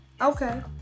Okay